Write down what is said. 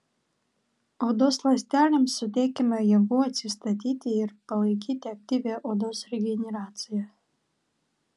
odos ląstelėms suteikiama jėgų atsistatyti ir palaikyti aktyvią odos regeneraciją